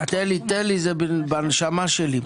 תן לי, זה בנשמה שלי.